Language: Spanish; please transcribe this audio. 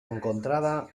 encontrada